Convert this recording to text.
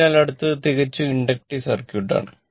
അതിനാൽ അടുത്തത് തികച്ചും ഇൻഡക്റ്റീവ് സർക്യൂട്ടാണ്